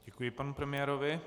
Děkuji panu premiérovi.